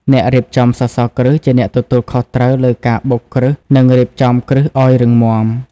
អ្នករៀបចំសសរគ្រឹះជាអ្នកទទួលខុសត្រូវលើការបុកគ្រឹះនិងរៀបចំគ្រឹះឱ្យរឹងមាំ។